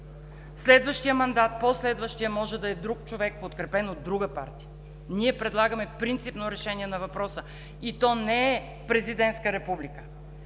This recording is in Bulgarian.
следващият мандат, по-следващият може да е друг човек, подкрепен от друга партия. Ние предлагаме принципно решение на въпроса и той не е президентска република,